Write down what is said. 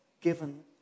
given